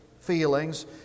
feelings